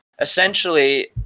essentially